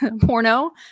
porno